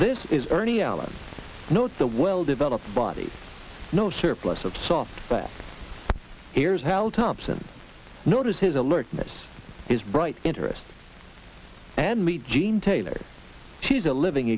this is ernie allen no it's a well developed body no surplus of soft but here's how thompson noted his alertness his bright interest and meet gene taylor she's a living